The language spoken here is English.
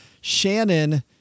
Shannon